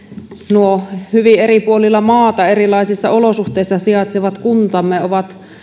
nuo hyvin eri puolilla maata erilaisissa olosuhteissa sijaitsevat kuntamme ovat